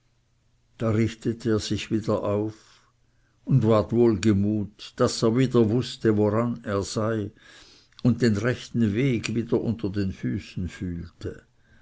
da richtete er sich wieder auf und ward wohlgemut daß er wieder wußte woran er sei und den rechten weg wieder unter den füßen fühlte